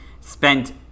spent